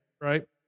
right